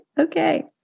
Okay